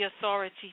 authority